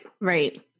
right